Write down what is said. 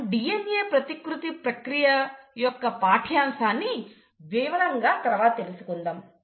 మనం DNA ప్రతికృతి ప్రక్రియ యొక్క పాఠ్యాంశాన్ని వివరంగా తరువాత తెలుసుకుందాం